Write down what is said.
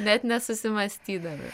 net nesusimąstydami